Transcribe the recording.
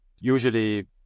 Usually